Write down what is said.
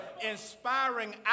Inspiring